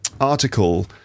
article